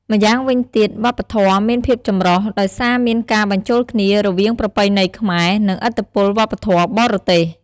ម្យ៉ាងវិញទៀត វប្បធម៌មានភាពចម្រុះ ដោយសារមានការបញ្ចូលគ្នារវាងប្រពៃណីខ្មែរ និងឥទ្ធិពលវប្បធម៌បរទេស។